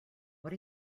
what